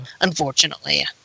unfortunately